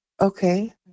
Okay